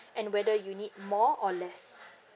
and whether you need more or less